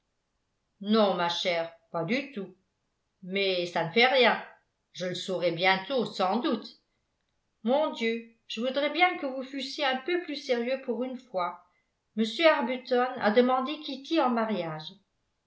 non ma chère pas du tout mais ça ne fait rien je le saurai bientôt sans doute mon dieu je voudrais bien que vous fussiez un peu plus sérieux pour une fois m arbuton a demandé kitty en mariage